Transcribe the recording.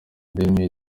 dailymail